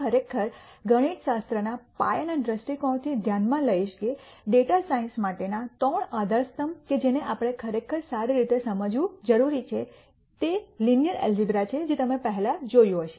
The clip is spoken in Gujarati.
હું ખરેખર ગણિતશાસ્ત્રના પાયાના દ્રષ્ટિકોણથી ધ્યાનમાં લઈશ કે ડેટા સાયન્સ માટેના ત્રણ આધારસ્તંભ કે જેને આપણે ખરેખર સારી રીતે સમજવું જરૂરી છે તે લિનિયર એલ્જીબ્રા છે જે તમે પહેલા જોયું હશે